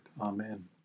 Amen